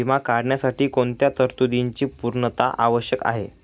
विमा काढण्यासाठी कोणत्या तरतूदींची पूर्णता आवश्यक आहे?